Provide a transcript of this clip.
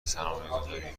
سرمایهگذاری